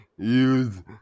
Use